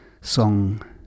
song